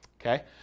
okay